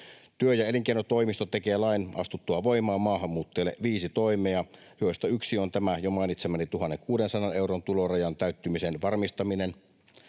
Työ- ja elinkeinotoimisto tekee lain astuttua voimaan maahanmuuttajille viisi toimea, joista yksi on tämä jo mainitsemani 1 600 euron tulorajan täyttymisen varmistaminen